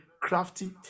crafty